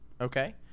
Okay